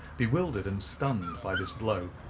bewildered and stunned by this blow,